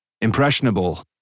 impressionable